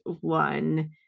one